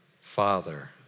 Father